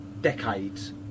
decades